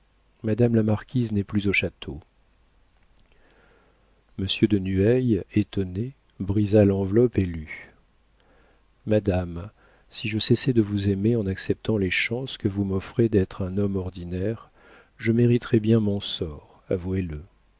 madame la marquise n'est plus au château monsieur de nueil étonné brisa l'enveloppe et lut madame si je cessais de vous aimer en acceptant les chances que vous m'offrez d'être un homme ordinaire je mériterais bien mon sort avouez-le